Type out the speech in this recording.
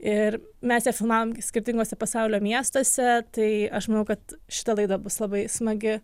ir mes ją filmavom skirtinguose pasaulio miestuose tai aš manau kad šita laida bus labai smagi